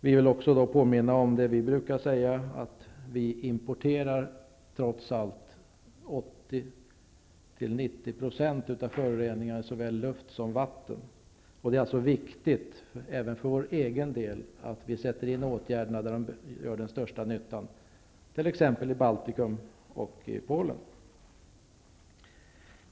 Vi vill också påminna om vad vi brukar säga, nämligen att vi trots allt importerar 80--90 % av föroreningarna i såväl luft som vatten. Det är alltså viktigt, även för vår egen del, att vi sätter in åtgärderna där de gör den största nyttan, t.ex. Baltikum och i Polen.